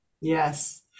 Yes